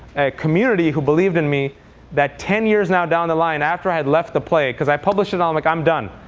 a community who believed in me that ten years now down the line after i had left the play, because i published and i'm um like i'm done.